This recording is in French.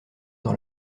dans